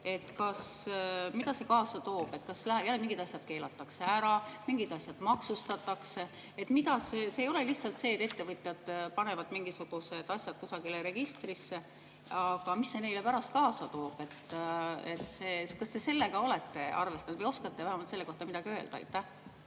mida see kaasa toob. Kas jälle mingid asjad keelatakse ära, mingid asjad maksustatakse? See ei ole lihtsalt see, et ettevõtjad panevad mingisugused asjad kusagile registrisse. Mis see neile pärast kaasa toob? Kas te sellega olete arvestanud või oskate vähemalt selle kohta midagi öelda?